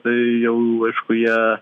tai jau aišku jie